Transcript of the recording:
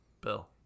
Bill